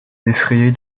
effrayé